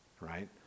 right